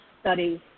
studies